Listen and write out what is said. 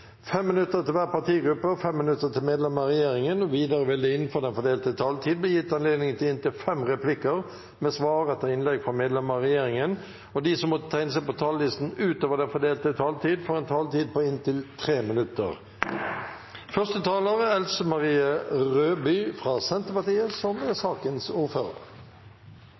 minutter til hver partigruppe og 3 minutter til medlemmer av regjeringen. Videre vil det – innenfor del fordelte taletid – bli gitt anledning til replikker med svar etter innlegg fra partienes hovedtalere og medlemmer av regjeringen, og de som måtte tegne seg på talerlisten utover den fordelte taletid, får også en taletid på inntil 3 minutter. Bakteppet for denne saka er